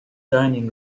dining